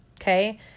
Okay